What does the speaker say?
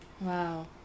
wow